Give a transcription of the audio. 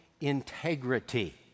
integrity